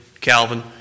Calvin